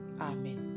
amen